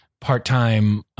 part-time